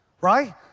right